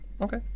Okay